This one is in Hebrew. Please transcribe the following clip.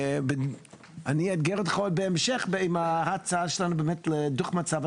אני אאתגר אותך בהמשך עם ההצעה שלנו באמת לדוח מצב,